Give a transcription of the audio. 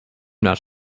not